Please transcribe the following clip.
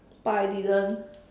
but I didn't